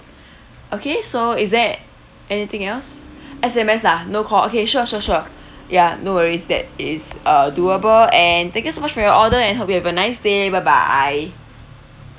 okay so is there anything else S_M_S lah no call okay sure sure sure ya no worries that is uh doable and thank you so much for your order and hope you've a nice day bye bye